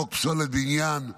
חוק פסולת בניין,